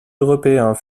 européens